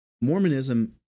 Mormonism